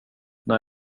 när